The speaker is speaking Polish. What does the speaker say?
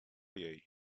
jej